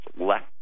left